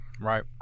Right